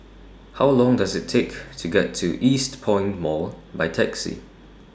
How Long Does IT Take to get to Eastpoint Mall By Taxi